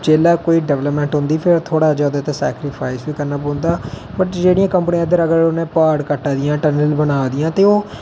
जेल्लै कोई डिवल्पमेंट होंदी ते उसलै थोह्ड़ा जेहा ते सेक्रीफाइज ते मिगी करना पौंदा बट जेहड़ियां कम्पनियां इद्धर प्हाड कट्टा दियां टनल बना दियां ते ओह्